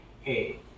hey